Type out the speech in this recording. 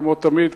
כמו תמיד,